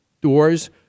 doors